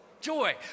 joy